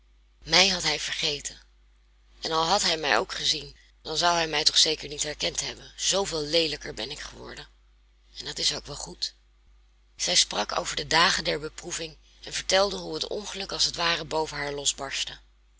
mij had hij vergeten en al had hij mij ook gezien dan zou hij mij toch zeker niet herkend hebben zooveel leelijker ben ik geworden en dat is ook wel goed zij sprak over de dagen der beproeving en vertelde hoe het ongeluk als t ware boven haar losbarstte